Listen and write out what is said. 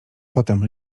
potem